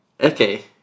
Okay